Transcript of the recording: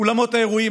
אולמות האירועים,